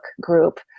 group